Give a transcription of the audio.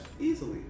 easily